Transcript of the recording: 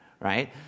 right